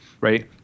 Right